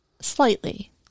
slightly